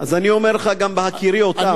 אז אני אומר לך גם בהכירי אותם.